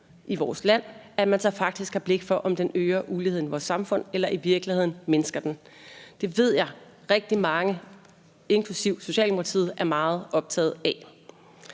i vores land, har vi faktisk blik for, om den øger uligheden i vores samfund eller i virkeligheden mindsker den. Det ved jeg rigtig mange, inklusive Socialdemokratiet, er meget optagede af.